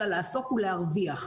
אלא לעסוק ולהרוויח,